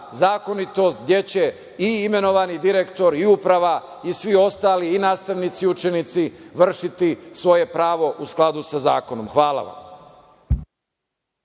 zakonitost, gde će i imenovani direktor i uprava i svi ostali, nastavnici, učenici, vršiti svoje pravo u skladu sa zakonom. Hvala vam.